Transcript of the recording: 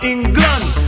England